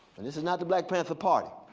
and this is not the black panther party,